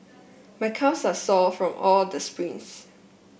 my calves are sore from all the sprints